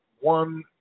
one